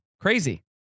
Crazy